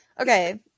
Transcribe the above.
Okay